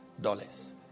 Dollars